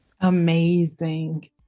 Amazing